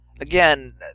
Again